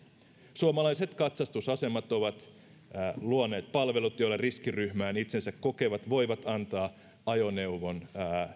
suomalaiset katsastusasemat ovat luoneet palvelut joilla riskiryhmään itsensä kokevat voivat antaa ajoneuvon